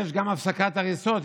יש גם הפסקת הריסות.